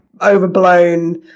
overblown